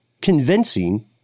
convincing